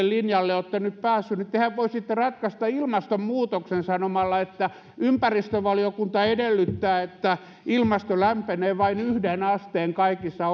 linjalle olette nyt päässeet niin tehän voisitte ratkaista ilmastonmuutoksen sanomalla että ympäristövaliokunta edellyttää että ilmasto lämpenee vain yhden asteen kaikissa